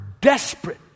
desperate